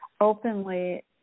openly